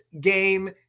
game